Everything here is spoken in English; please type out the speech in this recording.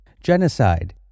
genocide